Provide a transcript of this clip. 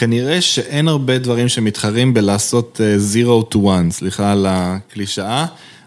כנראה שאין הרבה דברים שמתחרים בלעשות zero to one, סליחה על הקלישאה,